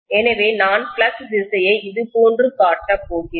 எனவே நான் ஃப்ளக்ஸ் திசையை இதுபோன்று காட்டப்போகிறேன்